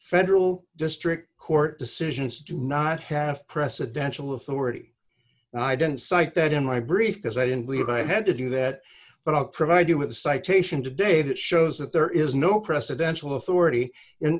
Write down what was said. federal district court decisions do not have presidential authority and i didn't cite that in my brief because i don't believe i had to do that but i'll provide you with the citation today that shows that there is no presidential authority